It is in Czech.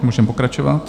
Můžeme pokračovat.